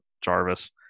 Jarvis